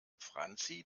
franzi